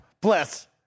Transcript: Bless